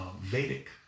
Vedic